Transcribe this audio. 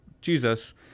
Jesus—